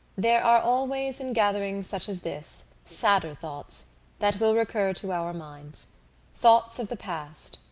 there are always in gatherings such as this sadder thoughts that will recur to our minds thoughts of the past,